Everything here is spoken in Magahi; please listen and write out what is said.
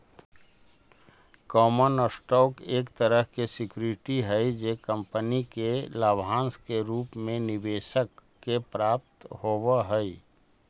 कॉमन स्टॉक एक तरह के सिक्योरिटी हई जे कंपनी के लाभांश के रूप में निवेशक के प्राप्त होवऽ हइ